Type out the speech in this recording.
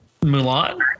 Mulan